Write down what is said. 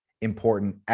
important